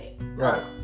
right